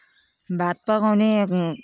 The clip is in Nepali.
भात पकाउने अब